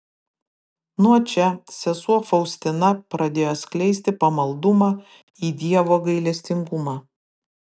nuo čia sesuo faustina pradėjo skleisti pamaldumą į dievo gailestingumą